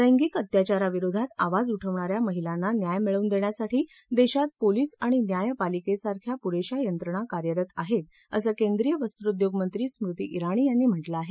लैंगिक अत्याचाराविरोधात आवाज उठवणाऱ्या महिलांना न्याय मिळवून देण्यासाठी देशात पोलीस आणि न्यायपालिकेसारख्या पुरेशा यंत्रणा कार्यरत आहेत असं केंद्रीय वस्त्रोद्योग मंत्री स्मृती जिणी यांनी म्हटलं आहे